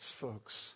folks